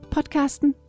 Podcasten